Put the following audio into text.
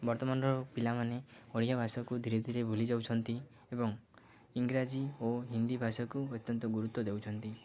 ବର୍ତ୍ତମାନର ପିଲାମାନେ ଓଡ଼ିଆ ଭାଷାକୁ ଧୀରେ ଧୀରେ ଭୁଲି ଯାଉଛନ୍ତି ଏବଂ ଇଂରାଜୀ ଓ ହିନ୍ଦୀ ଭାଷାକୁ ଅତ୍ୟନ୍ତ ଗୁରୁତ୍ୱ ଦେଉଛନ୍ତି